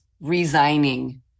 resigning